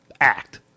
act